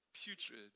putrid